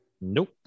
Nope